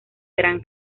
gran